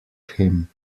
him